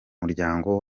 muryango